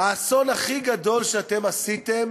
האסון הכי גדול שאתם עשיתם